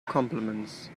compliments